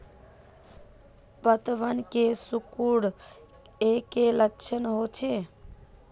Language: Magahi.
पतबन के सिकुड़ ऐ का लक्षण कीछै?